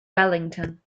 wellington